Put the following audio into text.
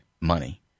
money